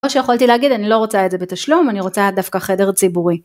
או שיכולתי להגיד אני לא רוצה את זה בתשלום, אני רוצה דווקא חדר ציבורי.